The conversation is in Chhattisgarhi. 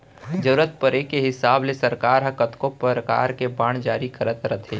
जरूरत परे के हिसाब ले सरकार ह कतको परकार के बांड जारी करत रथे